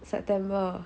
september